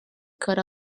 cut